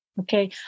Okay